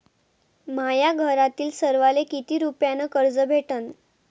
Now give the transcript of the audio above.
माह्या घरातील सर्वाले किती रुप्यान कर्ज भेटन?